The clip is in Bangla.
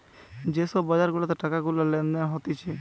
যে সব বাজার গুলাতে টাকা গুলা লেনদেন হতিছে